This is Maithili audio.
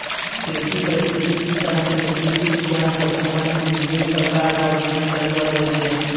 कृषि परिस्थितिकी तंत्र मे कृषि विज्ञान से संबंधित विभिन्न प्रकार रो अध्ययन करलो जाय छै